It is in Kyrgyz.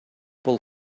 болуп